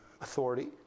authority